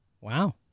Wow